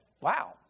Wow